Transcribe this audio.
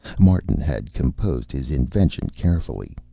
martin had composed his invention carefully.